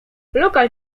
lokal